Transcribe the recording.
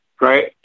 right